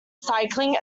cycling